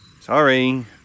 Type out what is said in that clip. Sorry